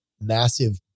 massive